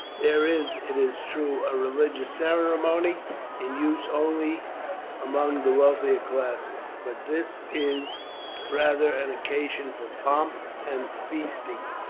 there is, it is true, a religious ceremony in use only among the wealthier classes, but this is rather an occasion for pomp and feasting,